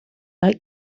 like